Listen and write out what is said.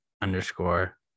underscore